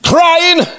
Crying